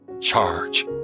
charge